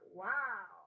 wow